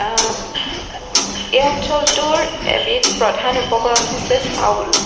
এই অঞ্চলটোৰ এবিধ প্ৰধান উপকৰণ হৈছে চাউল